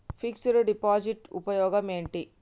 Fix డ్ deposit ఉపయోగం ఏంటి?